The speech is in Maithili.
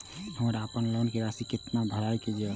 हमर अपन लोन के राशि कितना भराई के ये?